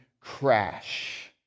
crash